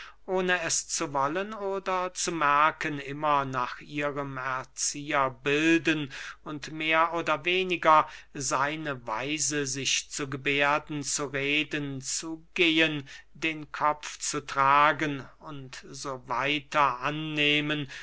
ohne es zu wollen oder zu merken immer nach ihrem erzieher bilden und mehr oder weniger seine weise sich zu geberden zu reden zu gehen den kopf zu tragen u s w annehmen